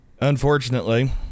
Unfortunately